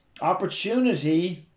Opportunity